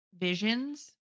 visions